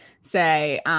say